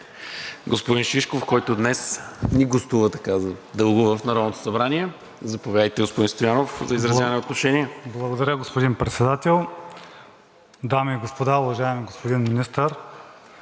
господин Шишков, който днес ни гостува така дълго в Народното събрание. Заповядайте, господин Стоянов, за изразяване на отношение. КОСТА СТОЯНОВ (ВЪЗРАЖДАНЕ): Благодаря, господин Председател. Дами и господа! Уважаеми господин Министър,